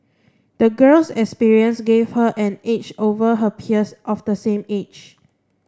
the girl's experiences gave her an edge over her peers of the same age